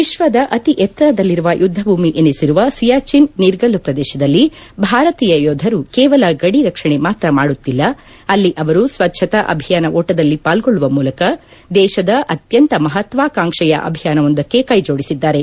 ವಿಶ್ವದ ಅತಿ ಎತ್ತರದಲ್ಲಿರುವ ಯುದ್ದಭೂಮಿ ಎನಿಸಿರುವ ಸಿಯಾಚಿನ್ ನೀರ್ಗಲ್ಲು ಪ್ರದೇಶದಲ್ಲಿ ಭಾರತೀಯ ಯೋಧರು ಕೇವಲ ಗದಿ ರಕ್ಷಣೆ ಮಾತ್ರ ಮಾಡುತ್ತಿಲ್ಲ ಅಲ್ಲಿ ಅವರು ಸ್ವಚ್ಣತಾ ಅಭಿಯಾನ ಓಟದಲ್ಲಿ ಪಾಲ್ಗೊಳ್ಳುವ ಮೂಲಕ ದೇಶದ ಅತ್ಯಂತ ಮಹತ್ಯಾಕಾಂಕ್ಷೆಯ ಅಭಿಯಾನವೊಂದಕ್ಕೆ ಕೈ ಜೋಡಿಸಿದ್ದಾರೆ